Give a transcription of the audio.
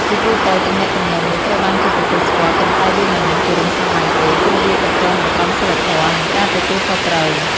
ជាទូទៅ ទំនាក់ទំនងនេះត្រូវបានគេទទួលស្គាល់ ប៉ុន្តែវាមិនមែនជារឿងសាមញ្ញទេ ព្រោះវាទាក់ទងនឹងក្រមសីលធម៌ និងការទទួលខុសត្រូវ។